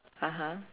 (uh huh)